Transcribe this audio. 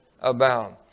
Abound